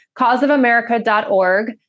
Causeofamerica.org